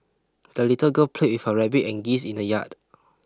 the little girl played with her rabbit and geese in the yard